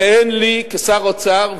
ואין לי כשר אוצר,